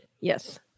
Yes